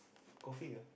coffee lah